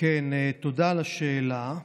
תודה על השאלה.